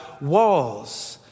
walls